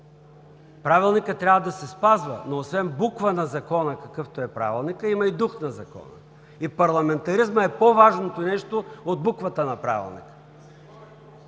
Правилникът трябва да се спазва, но освен буква на Закона, какъвто е Правилникът, има и дух на Закона и парламентаризмът е по-важното нещо от буквата на Правилника.